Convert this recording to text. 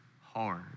hard